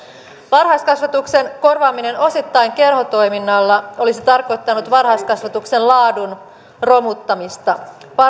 varhaiskasvatuksen korvaaminen osittain kerhotoiminnalla olisi tarkoittanut varhaiskasvatuksen laadun romuttamista